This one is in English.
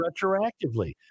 retroactively